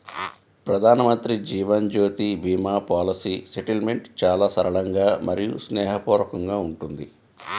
ప్రధానమంత్రి Jeevan Jyoti Bima policy settlement చాలా సరళంగా మరియు స్నేహపూర్వకంగా ఉంటుంది